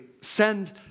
send